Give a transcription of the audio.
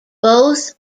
both